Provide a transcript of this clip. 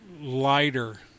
lighter